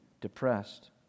depressed